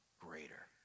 greater